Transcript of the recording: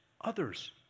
others